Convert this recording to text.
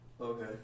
Okay